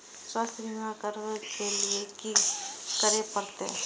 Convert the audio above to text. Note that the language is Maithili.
स्वास्थ्य बीमा करबाब के लीये की करै परतै?